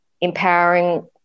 empowering